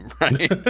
right